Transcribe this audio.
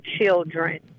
children